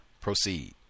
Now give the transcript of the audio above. proceed